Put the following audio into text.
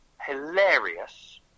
hilarious